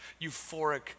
Euphoric